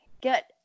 get